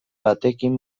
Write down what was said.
batekin